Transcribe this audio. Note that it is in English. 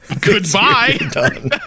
Goodbye